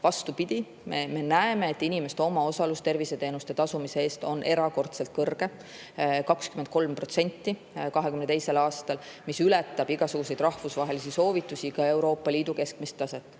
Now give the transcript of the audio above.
seatud. Me ju näeme, et inimeste omaosalus terviseteenuste eest tasumisel on erakordselt kõrge: 23% 2022. aastal, mis ületab igasuguseid rahvusvahelisi soovitusi, ka Euroopa Liidu keskmist taset.